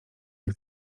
jak